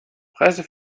preise